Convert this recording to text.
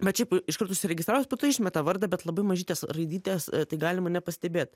bet šiaip iškart užsiregistravus po to išmeta vardą bet labai mažytės raidytės galima nepastebėt